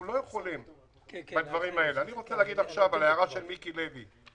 אני רוצה לדבר על ההערה של מיקי לוי.